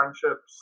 friendships